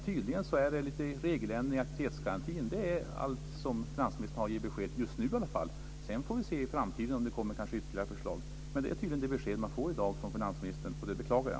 Tydligen är lite regeländringar i aktivitetsgarantin allt som finansministern har att ge som besked just nu i alla fall. Sedan får vi se i framtiden om det kommer ytterligare förslag. Det är tydligen det besked man får i dag från finansministern, och det beklagar jag.